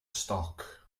stoc